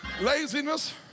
Laziness